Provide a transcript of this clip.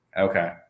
Okay